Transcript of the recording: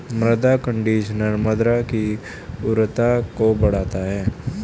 मृदा कंडीशनर मृदा की उर्वरता को बढ़ाता है